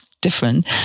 different